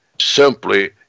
simply